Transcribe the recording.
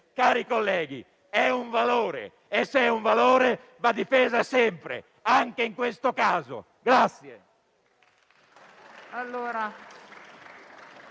cari colleghi, è un valore e se è un valore va difesa sempre, anche in questo caso.